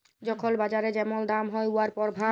যখল বাজারে যেমল দাম হ্যয় উয়ার পরভাব